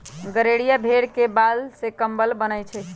गड़ेरिया भेड़ के बाल से कम्बल बनबई छई